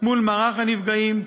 מול מערך הנפגעים,